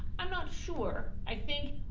i'm not sure. i think,